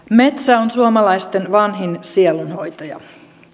metsä on suomalaisten vanhin sielunhoitaja